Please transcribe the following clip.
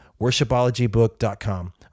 worshipologybook.com